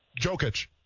Jokic